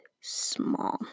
small